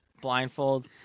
blindfold